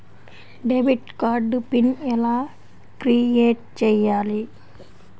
Debit card pin ఎలా create చెయ్యాలి?